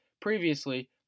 previously